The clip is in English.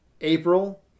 april